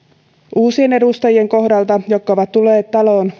uusien edustajien kohdalla jotka ovat tulleet taloon